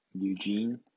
Eugene